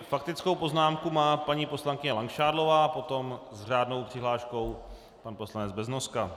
Faktickou poznámku má paní poslankyně Langšádlová, potom s řádnou přihláškou pan poslanec Beznoska.